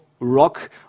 Rock